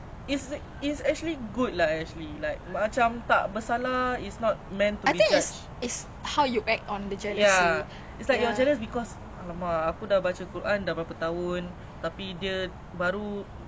then then like you don't like skip the drills and then you continue like then you khatam like you know there's some people that go to some extend in order to macam rasa bagus sebab dia yang not even about quran or what like just in life general macam